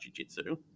jujitsu